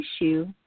issue